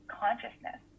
consciousness